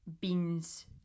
beans